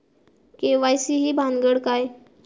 KYC ही भानगड काय?